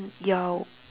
your